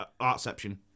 artception